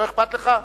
לא אכפת לך?